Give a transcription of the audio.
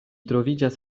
troviĝas